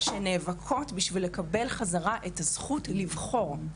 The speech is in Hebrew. שנאבקות כדי לקבל חזרה את הזכות לבחור.